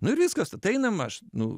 nu ir viskas ateina maž nu